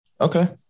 okay